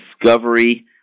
Discovery